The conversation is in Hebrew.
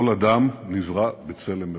כל אדם נברא בצלם אלוהים.